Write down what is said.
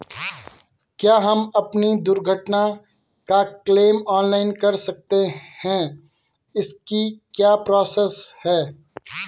क्या हम अपनी दुर्घटना का क्लेम ऑनलाइन कर सकते हैं इसकी क्या प्रोसेस है?